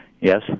Yes